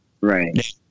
right